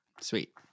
Sweet